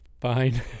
fine